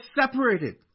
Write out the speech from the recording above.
separated